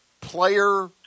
player